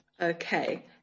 Okay